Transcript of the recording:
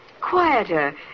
Quieter